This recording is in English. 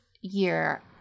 year